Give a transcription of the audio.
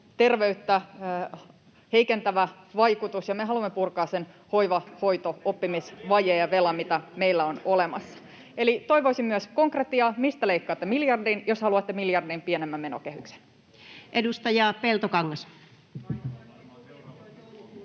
terveyttä heikentävä vaikutus, ja me haluamme purkaa sen hoiva‑, hoito‑ ja oppimisvajeen ja ‑velan, mitä meillä on olemassa. [Ben Zyskowiczin välihuuto] Eli toivoisin myös konkretiaa, mistä leikkaatte miljardin, jos haluatte miljardin pienemmän menokehyksen. Edustaja Peltokangas.